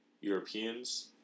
Europeans